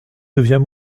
devient